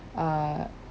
err